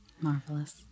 Marvelous